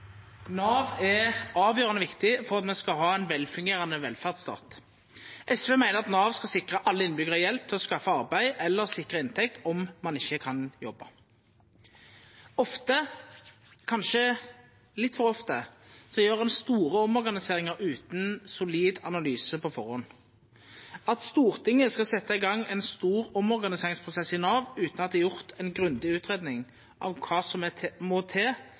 Nav er avgjerande viktig for at me skal ha ein velfungerande velferdsstat. SV meiner at Nav skal sikra alle innbyggjarar hjelp til å skaffa arbeid eller sikra inntekt om ein ikkje kan jobba. Ofte kanskje vil nokon få oss til å gjera store omorganiseringar utan ein solid analyse på førehand. At Stortinget skal setja i gang ein stor omorganiseringsprosess i Nav utan at det er gjort ei grundig utgreiing av kva som må